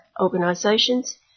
organisations